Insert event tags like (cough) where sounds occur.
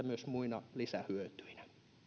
(unintelligible) myös muina lisähyötyinä